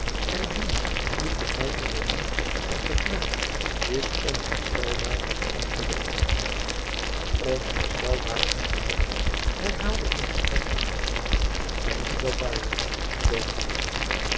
dient een kloek besluit genomen of de knaap is onherstelbaar ongelukkig onherstelbaar ongelukkig herhaalde eene stem achter hem denkt ge dat waarlijk dominé